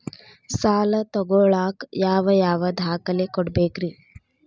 ಸಾಲ ತೊಗೋಳಾಕ್ ಯಾವ ಯಾವ ದಾಖಲೆ ಕೊಡಬೇಕ್ರಿ?